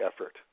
effort